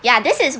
ya this is